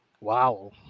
wow